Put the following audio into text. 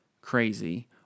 crazy